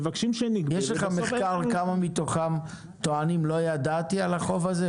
יש לך מחקר כמה מתוכם טוענים לא ידעתי על החוב הזה?